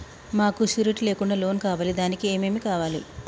మాకు షూరిటీ లేకుండా లోన్ కావాలి దానికి ఏమేమి కావాలి?